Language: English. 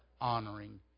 honoring